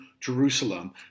Jerusalem